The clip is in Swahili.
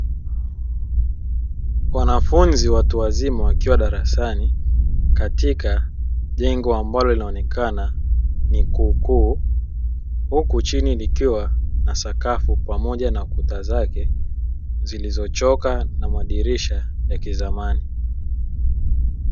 Wanafunzi watu wazima wakiwa darasani katika jengo ambalo linaonekana ni kukuu, huku chini likiwa na sakafu pamoja na kuta zake zilizochaka na madirisha ya kizamani.